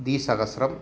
द्विसहस्रम्